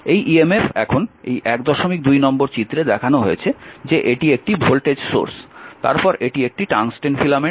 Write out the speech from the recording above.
এই emf এখন এই 12 নম্বর চিত্রে দেখানো হয়েছে যে এটি একটি ভোল্টেজ সোর্স তারপর এটি একটি টাংস্টেন ফিলামেন্ট